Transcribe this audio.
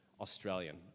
Australian